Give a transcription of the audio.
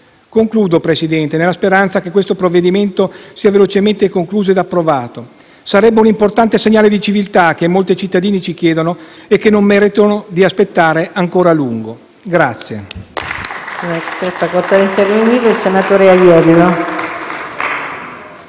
signora Presidente, nella speranza che l'esame di questo provvedimento sia velocemente concluso e che sia approvato: sarebbe un importante segnale di civiltà che molti cittadini ci chiedono e non meritano di aspettare ancora a lungo.